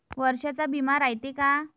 वर्षाचा बिमा रायते का?